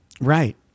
Right